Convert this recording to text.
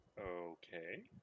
Okay